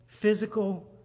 Physical